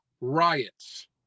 riots